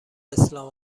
اسلام